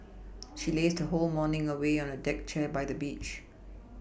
she lazed her whole morning away on a deck chair by the beach